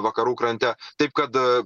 vakarų krante taip kad